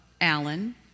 Alan